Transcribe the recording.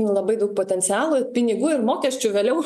labai daug potencialo pinigų ir mokesčių vėliau